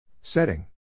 Setting